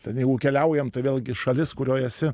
ten jeigu keliaujam tai vėlgi šalis kurioj esi